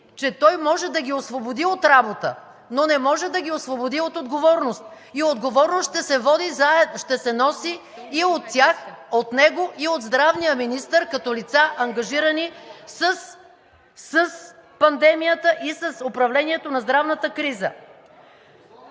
че той може да ги освободи от работа, но не може да ги освободи от отговорност и отговорност ще се носи и от тях, от него, и от здравния министър, като лица, ангажирани с пандемията и с управлението на здравната криза.